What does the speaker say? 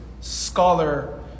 scholar